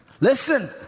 listen